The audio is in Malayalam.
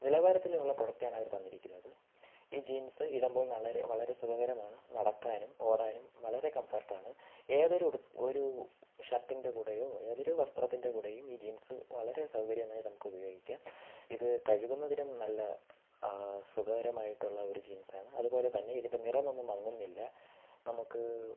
നിലവാരത്തിലുമുള്ള പ്രൊഡക്ട് ആണ് അവർ തന്നിരിക്കുന്നത് ഈ ജീൻസ് ഇടുമ്പോൾ വളരെ വളരെ സുഖകരമാണ് നടക്കാനും ഓടാനും വളരെ കംഫോർട്ട് ആണ് ഏതൊരു ഉടുപ്പ് ഒരു ഷർട്ടിൻ്റെ കൂടെയോ ഏതൊരു വസ്ത്രത്തിൻ്റെ കൂടെയും ഈ ജീൻസ് വളരെ സൗകര്യമായി നമുക്ക് ഉപയോഗിക്കാം ഇത് കഴുകുന്നതിനും നല്ല സുഖകരമായിട്ടുള്ള ഒരു ജീൻസാണ് അതുപോലെ തന്നെ ഇതിൻ്റെ നിറമൊന്നും മങ്ങുന്നില്ല നമുക്ക്